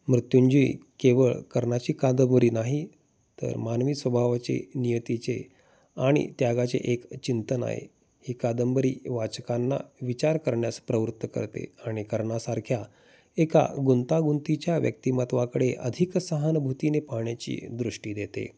मृत्युंजय केवळ कर्णाची कादंबरी नाही तर मानवी स्वभावाचे नियतीचे आणि त्यागाचे एक चिंतन आहे ही कादंबरी वाचकांना विचार करण्यास प्रवृत्त करते आणि कर्णा सारख्या एका गुंतागुंतीच्या व्यक्तिमत्वाकडे अधिक सहनभूतीने पाहण्याची दृष्टी देते